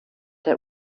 der